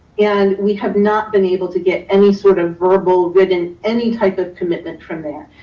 and we have not been able to get any sort of verbal within any type of commitment from there.